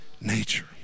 nature